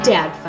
Dad